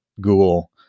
Google